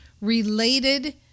related